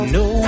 no